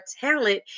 talent